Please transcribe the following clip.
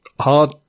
hard